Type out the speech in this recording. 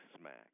smack